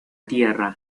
tierra